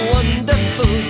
Wonderful